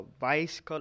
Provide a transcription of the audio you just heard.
vice